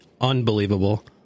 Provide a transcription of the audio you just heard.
unbelievable